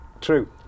True